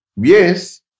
Yes